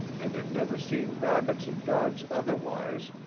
and had never seen rabbits and dogs otherwise,